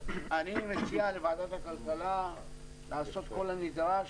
אני מציע לוועדת הכלכלה לעשות כל הנדרש,